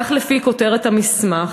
כך לפי כותרת המסמך,